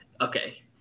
okay